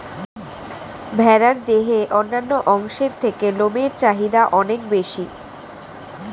ভেড়ার দেহের অন্যান্য অংশের থেকে লোমের চাহিদা অনেক বেশি